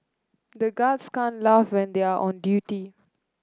the guards can't laugh when they are on duty